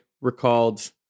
recalled